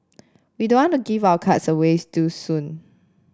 we don't want to give our cards away too soon